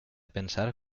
pensar